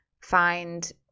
find